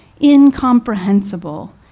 incomprehensible